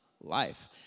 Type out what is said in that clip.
life